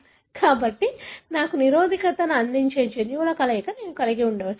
కాబట్టి నాకు నిరోధకతను అందించే జన్యువుల కలయికను నేను కలిగి ఉండవచ్చు